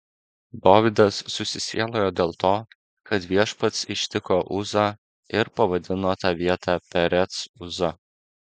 dovydas susisielojo dėl to kad viešpats ištiko uzą ir pavadino tą vietą perec uza